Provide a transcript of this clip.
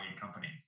companies